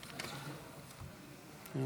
טוב,